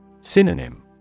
Synonym